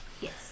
yes